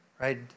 right